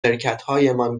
شرکتهایمان